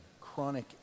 chronic